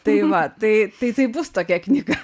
tai va tai tai bus tokia knyga